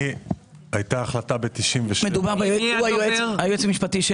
אני היועץ המשפטי של